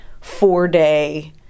four-day